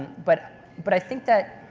but but i think that,